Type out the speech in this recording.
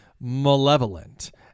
malevolent